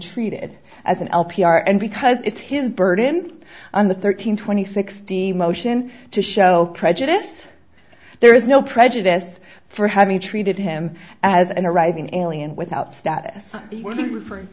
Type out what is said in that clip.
treated as an l p r and because it's his burden on the thirteen twenty sixty motion to show prejudice there is no prejudice for having treated him as an arriving alien without status for